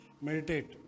meditate